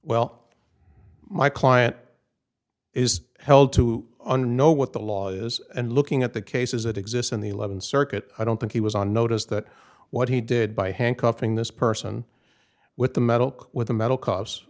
well my client is held to know what the law is and looking at the cases that exist in the eleventh circuit i don't think he was on notice that what he did by handcuffing this person with the metal with a metal cause